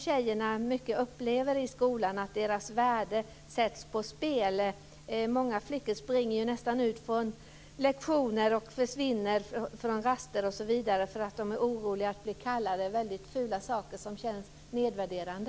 Tjejerna upplever ofta i skolan att deras värde sätts på spel. Många flickor springer från lektioner och försvinner ut från raster därför att de är oroliga för att bli kallade mycket fula saker som känns nedvärderande.